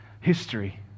history